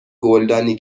گلدانی